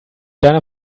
deiner